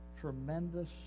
Tremendous